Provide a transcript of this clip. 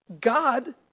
God